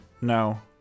No